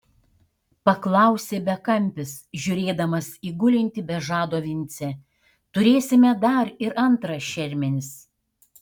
paklausė bekampis žiūrėdamas į gulintį be žado vincę turėsime dar ir antras šermenis